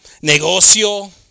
negocio